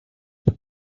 here